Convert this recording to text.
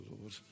Lord